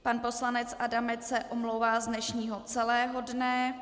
Pan poslanec Adamec se omlouvá z dnešního celého dne.